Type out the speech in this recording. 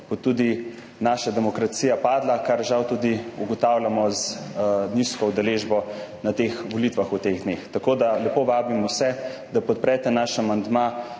bo tudi naša demokracija padla, kar žal tudi ugotavljamo z nizko udeležbo na teh volitvah v teh dneh. Tako da vas lepo vabim, da podprete naš amandma,